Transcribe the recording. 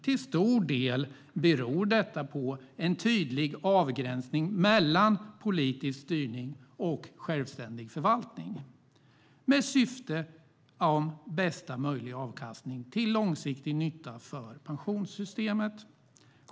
Till stor del beror detta på en tydlig avgränsning mellan politisk styrning och självständig förvaltning med syftet bästa möjliga avkastning till långsiktig nytta för pensionssystemet.